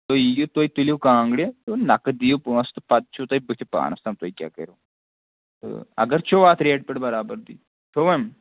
تُہۍ یِیِو تُہۍ تُلِو کانٛگٕرِ تہٕ نَقٕد دِیِو پونٛسہٕ تہٕ پَتہٕ چھُ تۄہہِ بٔتھِ پانَس تام تُہۍ کیٛاہ کٔرِو تہٕ اگر چھُو اَتھ ریٹہِ پیٚٹھ بَرابَری ژٕ وَن